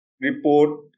report